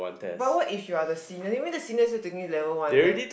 but what if you are the senior you mean the senior still taking level one meh